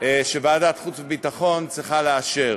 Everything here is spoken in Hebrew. שוועדת החוץ והביטחון צריכה לאשר.